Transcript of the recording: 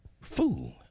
Fool